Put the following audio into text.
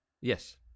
Yes